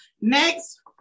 Next